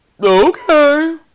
Okay